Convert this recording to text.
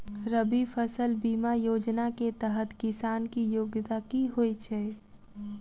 रबी फसल बीमा योजना केँ तहत किसान की योग्यता की होइ छै?